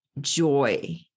joy